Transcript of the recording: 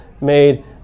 made